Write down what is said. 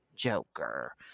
Joker